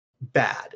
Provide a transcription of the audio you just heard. bad